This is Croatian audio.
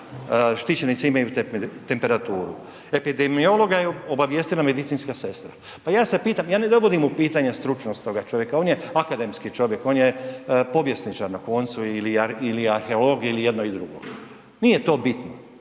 štićenici imaju temperaturu. Epidemiologa je obavijestila medicinska sestra, ja ne vodim u pitanje stručnost toga čovjeka, on je akademski čovjek on je povjesničar na koncu ili arheolog ili jedno i drugo, nije to bitno,